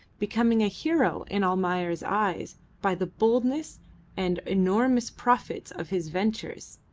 becoming a hero in almayer's eyes by the boldness and enormous profits of his ventures,